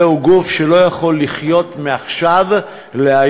זהו גוף שלא יכול לחיות מעכשיו להיום,